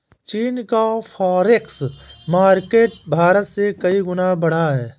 चीन का forex market Bharat से कई गुना बड़ा है